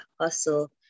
hustle